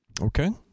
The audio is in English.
Okay